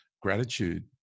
gratitude